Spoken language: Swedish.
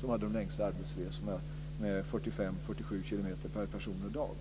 som folk hade de längsta arbetsresorna, 45-47 kilometer per person och dag.